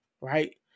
right